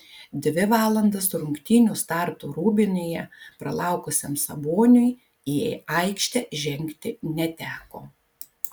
dvi valandas rungtynių starto rūbinėje pralaukusiam saboniui į aikštę žengti neteko